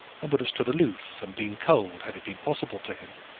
and would have stood aloof and been cold, had it been possible to him